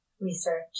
research